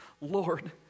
Lord